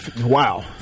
Wow